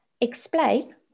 Explain